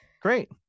Great